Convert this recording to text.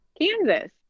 kansas